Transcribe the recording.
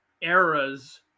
eras